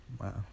Wow